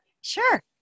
Sure